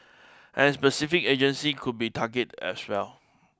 and specific agencies could be targeted as well